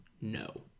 No